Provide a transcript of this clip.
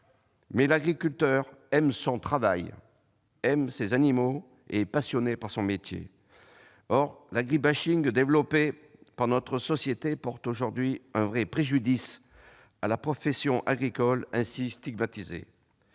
abus, l'agriculteur aime son travail et ses animaux ; il est passionné par son métier. L'agri-bashingdéveloppé par notre société porte aujourd'hui un vrai préjudice à la profession agricole, ainsi stigmatisée.